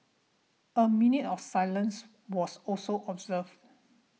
a minute of silence was also observed